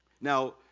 Now